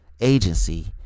agency